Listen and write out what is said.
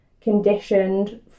conditioned